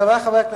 חברי חברי הכנסת,